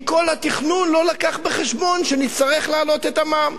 כל התכנון לא הביא בחשבון שנצטרך להעלות את המע"מ,